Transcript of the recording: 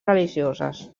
religioses